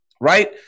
right